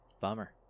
Bummer